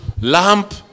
Lamp